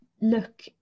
look